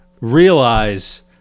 realize